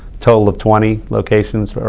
total of twenty locations